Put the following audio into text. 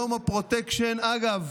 היום הפרוטקשן, אגב,